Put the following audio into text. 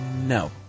No